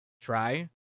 try